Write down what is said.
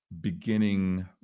beginning